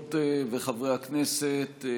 חברות וחברי הכנסת,